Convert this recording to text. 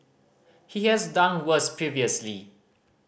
he has done worse previously